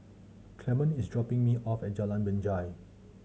Clemon is dropping me off at Jalan Binjai